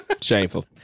Shameful